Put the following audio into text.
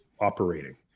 operating